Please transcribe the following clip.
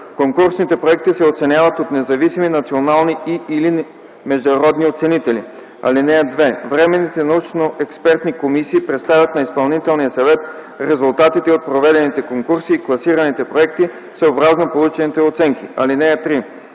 Конкурсните проекти се оценяват от независими национални и/или международни оценители. (2) Временните научно-експертни комисии представят на Изпълнителния съвет резултатите от проведените конкурси и класираните проекти съобразно получените оценки. (3)